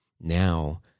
now